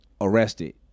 arrested